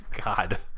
God